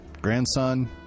grandson